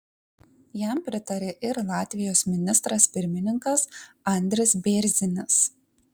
jam pritarė ir latvijos ministras pirmininkas andris bėrzinis